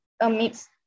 amidst